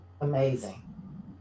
amazing